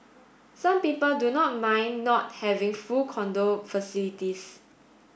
some people do not mind not having full condo facilities